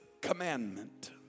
commandment